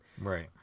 right